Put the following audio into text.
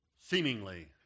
seemingly